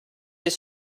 his